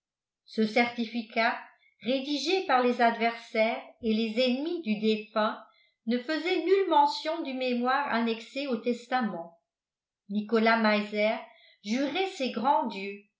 ce certificat rédigé par les adversaires et les ennemis du défunt ne faisait nulle mention du mémoire annexé au testament nicolas meiser jurait ses grands dieux